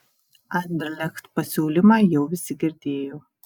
anderlecht pasiūlymą jau visi girdėjo